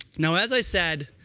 now, as i said,